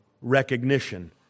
recognition